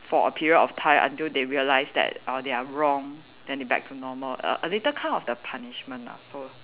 for a period of time until they realise that err they are wrong then they back to normal err a little kind of the punishment lah so